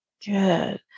Good